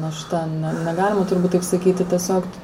našta ne negalima turbūt taip sakyti tiesiog